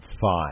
five